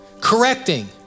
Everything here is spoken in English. correcting